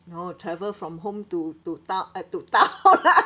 no travel from home to to tow~ uh to town